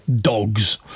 dogs